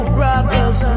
brothers